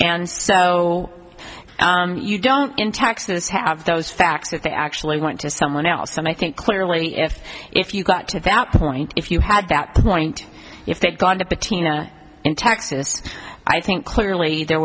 and so you don't in texas have those facts that they actually want to someone else and i think clearly if if you got to that point if you had that point if they'd gone to tina in texas i think clearly there